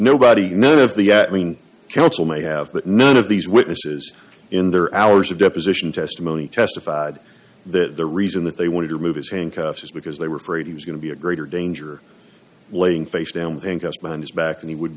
nobody none of the i mean counsel may have but none of these witnesses in their hours of deposition testimony testified that the reason that they wanted to remove his handcuffs was because they were afraid he was going to be a greater danger laying face down think up on his back and he would